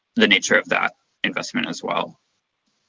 the nature of that investment as well.